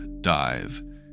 dive